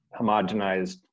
homogenized